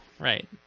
Right